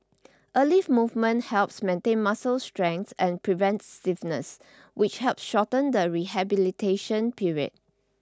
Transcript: early movement helps maintain muscle strength and prevents stiffness which help shorten the rehabilitation period